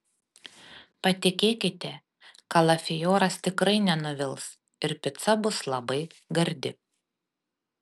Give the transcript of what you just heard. patikėkite kalafioras tikrai nenuvils ir pica bus labai gardi